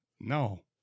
No